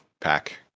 pack